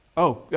oh,